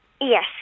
Yes